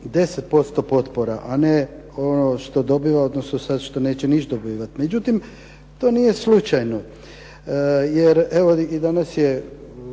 10% potpora, a ne ono što dobiva, odnosno sad što neće ništa dobivati. Međutim, to nije slučajno jer evo i danas je